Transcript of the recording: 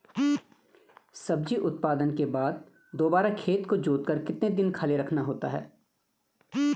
सब्जी उत्पादन के बाद दोबारा खेत को जोतकर कितने दिन खाली रखना होता है?